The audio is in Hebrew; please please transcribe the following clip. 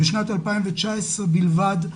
בשנת 2019 בלבד,